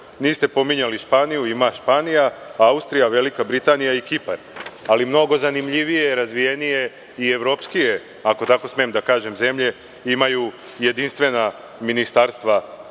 niste pominjali Španiju, ima Španija, Austrija, Velika Britanija i Kipar. Ali, mnogo zanimljivije, razvijenije i evropskije, ako tako smem da kažem, zemlje imaju jedinstvena ministarstva,